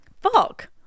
fuck